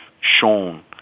shown